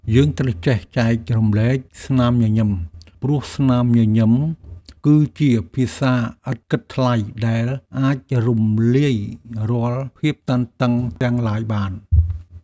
យើងត្រូវចេះចែករំលែកស្នាមញញឹម ព្រោះស្នាមញញឹមគឺជាភាសាឥតគិតថ្លៃដែលអាចរំលាយរាល់ភាពតានតឹងទាំងឡាយបាន។